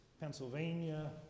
Pennsylvania